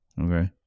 Okay